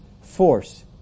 force